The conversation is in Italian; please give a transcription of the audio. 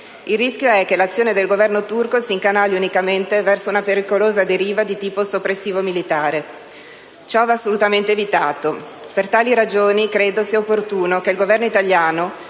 Il rischio è che l'azione del Governo turco si incanali unicamente verso una pericolosa deriva di tipo soppressivo-militare. Ciò va assolutamente evitato. Per tali ragioni credo sia opportuno che il Governo italiano,